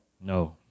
no